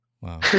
Wow